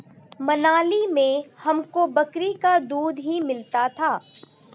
मनाली में हमको बकरी का दूध ही मिलता था